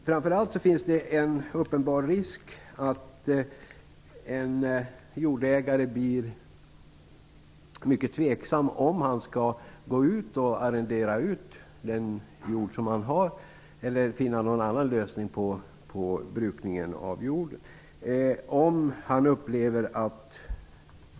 Framför allt finns det en uppenbar risk att en jordägare blir tveksam till om han skall arrendera ut den jord som han har eller om han skall finna någon annan lösning på brukningen av jorden.